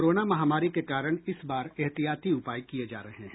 corona महामारी के कारण इस बार एहतियाती उपाय किए जा रहे है